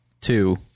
two